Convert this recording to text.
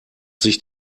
sich